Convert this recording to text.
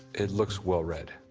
it looks well read.